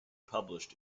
published